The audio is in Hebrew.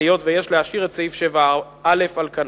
היות שיש להשאיר את סעיף 7(א) על כנו.